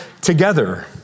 together